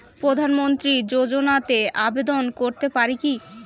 প্রধানমন্ত্রী যোজনাতে আবেদন করতে পারি কি?